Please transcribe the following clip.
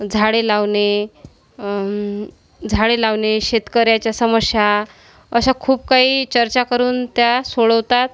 झाडे लावणे झाडे लावणे शेतकऱ्याच्या समस्या अशा खूप काही चर्चा करून त्या सोडवतात